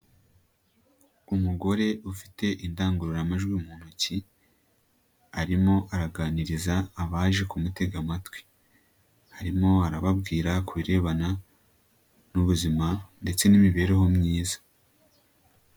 Umugore ufite indangururamajwi mu ntoki arimo araganiriza abaje kumutega amatwi, arimo arababwira ku birebana n'ubuzima ndetse n'imibereho myiza.